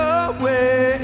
away